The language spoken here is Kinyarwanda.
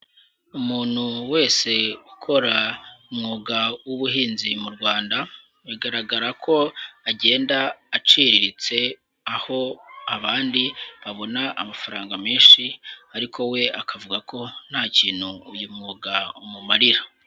Umuntu wese ukora umwuga w'ubuhinzi mu Rwanda, bigaragara ko agenda aciriritse aho abandi babona amafaranga menshi ariko we akavuga ko nta kintu uyu mwuga umumarira.